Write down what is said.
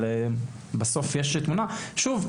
שוב,